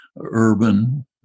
urban